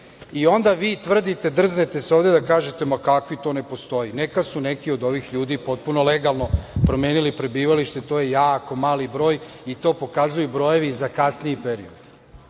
itd. Onda vi tvrdite, drznete se ovde da kažete – ma kakvi, to ne postoji. Neka su neki od ovih ljudi potpuno legalno promenili prebivalište, to je jako mali broj i to pokazuju i brojevi za kasniji period. Ono